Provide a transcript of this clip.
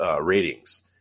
ratings